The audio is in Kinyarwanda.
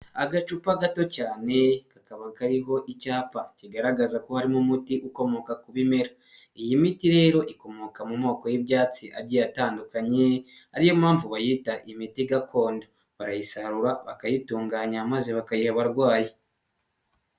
Agacupa gato cyane kakaba kariho icyapa kigaragaza ko harimo umuti ukomoka ku bimera, iyi miti rero ikomoka mu moko y'ibyatsi agiye atandukanye, ariyo mpamvu bayita imiti gakondo, barayisarura bakayitunganya maze bakayiha abarwayi.